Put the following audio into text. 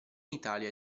italia